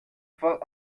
for